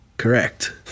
correct